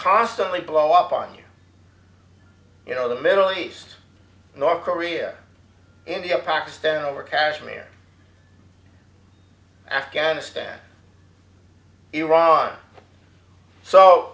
constantly blow up on you you know the middle east north korea india pakistan over kashmir afghanistan iran so